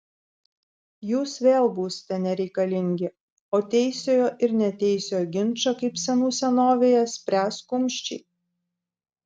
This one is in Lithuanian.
jūs vėl būsite nereikalingi o teisiojo ir neteisiojo ginčą kaip senų senovėje spręs kumščiai